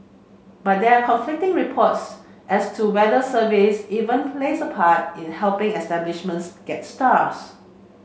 but there are conflicting reports as to whether service even plays a part in helping establishments get stars